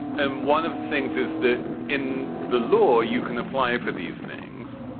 and one of the things is that in the law you can apply for these things.